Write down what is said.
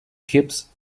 kipps